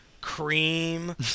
cream